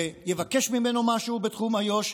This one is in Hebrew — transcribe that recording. ויבקש ממנו משהו בתחום איו"ש,